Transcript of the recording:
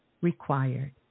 required